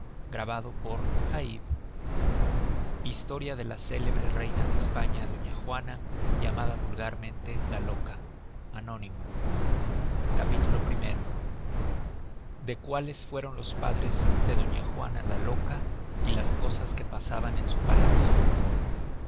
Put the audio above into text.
del original historia de la celebre reina de españa doña juana llamada vulgarmente la loca madrid imprenta de d josé maria marés corredera baja de san pablo núm capitulo primero de cuáles fueron los padres de doña juana la loca y las cosas que pasaban en su palacio